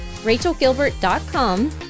rachelgilbert.com